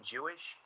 Jewish